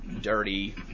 dirty